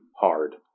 hard